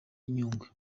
nyungwe